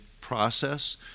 process